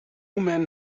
men